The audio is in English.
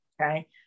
Okay